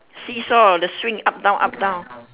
see-saw the swing up down up down